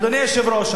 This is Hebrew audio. אדוני היושב-ראש,